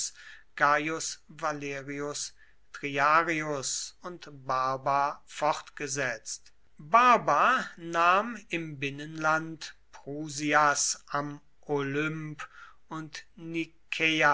valerius triarius und barba fortgesetzt barba nahm im binnenland prusias am olymp und nikäa